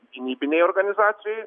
gynybinėj organizacijoj